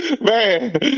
Man